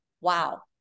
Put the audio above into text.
wow